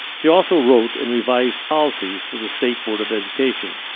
she also wrote and revised policies for the state board of education.